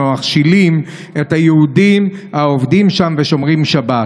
ומכשילים את היהודים העובדים שם ושומרים שבת.